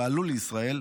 ועלו לישראל,